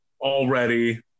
already